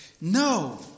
No